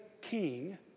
king